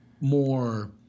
more